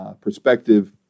perspective